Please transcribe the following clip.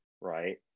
right